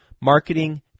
marketing